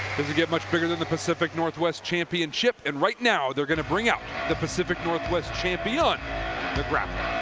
doesn't get much bigger than the pacific northwest championship and right now they're gonna bring out the pacific northwest champion the grappler